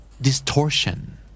Distortion